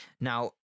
now